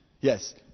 Yes